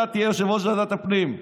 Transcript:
אתה תהיה יושב-ראש ועדת הפנים.